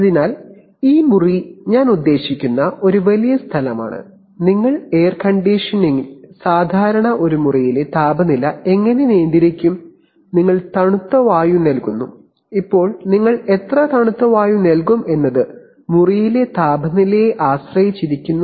അതിനാൽ ഈ മുറി ഞാൻ ഉദ്ദേശിക്കുന്ന ഒരു വലിയ സ്ഥലമാണ് നിങ്ങൾ എയർ കണ്ടീഷനിംഗിൽ സാധാരണ ഒരു മുറിയിലെ താപനില എങ്ങനെ നിയന്ത്രിക്കും നിങ്ങൾ തണുത്ത വായു നൽകുന്നു ഇപ്പോൾ നിങ്ങൾ എത്ര തണുത്ത വായു നൽകും എന്നത് മുറിയിലെ താപനിലയെ ആശ്രയിച്ചിരിക്കുന്നു